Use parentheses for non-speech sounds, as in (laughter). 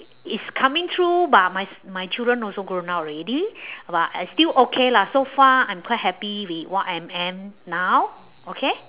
it's coming true but my (noise) my children also grown up already (breath) but I still okay lah so far I'm quite happy with what I'm am now okay